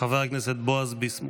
חבר הכנסת בועז ביסמוט.